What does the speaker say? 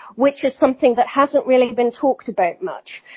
which is something that hasn't really been talked about much.